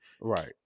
right